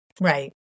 Right